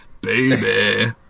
baby